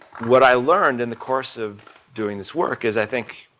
what i learned in the course of doing this work is, i think,